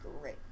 great